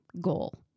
goal